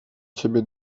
ciebie